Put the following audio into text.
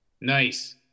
Nice